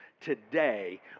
today